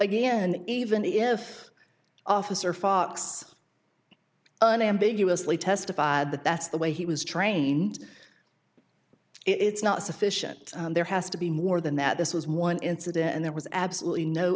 again even if officer fox unambiguously testified that that's the way he was trained it's not sufficient there has to be more than that this was one incident and there was absolutely no